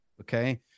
Okay